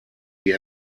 wie